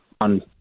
on